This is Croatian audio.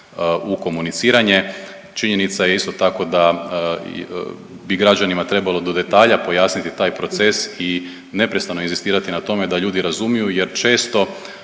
u komuniciranje. Činjenica je isto tako da bi građanima trebalo do detalja pojasniti taj proces i neprestano inzistirati na tome da ljudi razumiju jer često